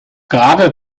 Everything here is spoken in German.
gerade